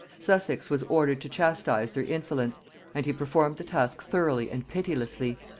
sussex was ordered to chastize their insolence and he performed the task thoroughly and pitilessly,